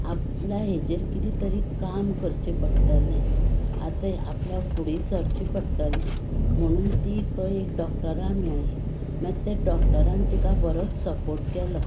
आपल्याक हाजेर कितें तरी काम करचे पडटले आतां आपल्या फुडें सरचें पडटलें आनी ती खंय एक डॉक्टरा मेळ्ळी आनी ते डॉक्टरान तिका बरोच सपोर्ट केलो